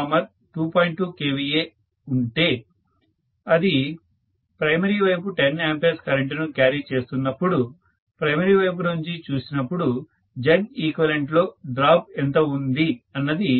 2 kVA ఉంటే అది primary వైపు 10 A కరెంటును క్యారీ చేస్తున్నపుడు ప్రైమరీ వైపు నుంచి చూసినప్పుడు Zeq లో డ్రాప్ ఎంత ఉంది అన్నది